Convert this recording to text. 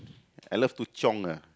I love to chiong ah